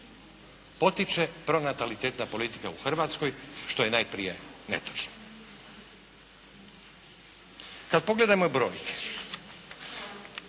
potiče pronatalitetna politika u Hrvatskoj što je najprije netočno. Kad pogledamo broj